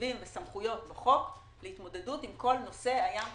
תקציבים וסמכויות בחוק להתמודדות עם כל נושא הים והחופים,